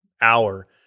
hour